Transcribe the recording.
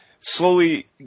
slowly